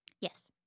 Yes